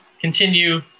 continue